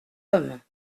homme